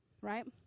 right